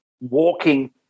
walking